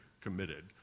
committed